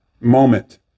moment